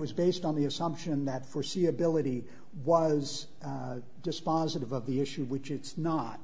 was based on the assumption that foreseeability was dispositive of the issue which it's not